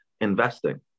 investing